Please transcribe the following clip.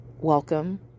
welcome